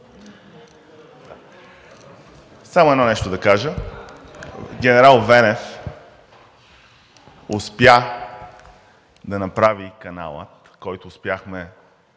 Само едно нещо да кажа. Генерал Венев успя да направи канала, през който успяхме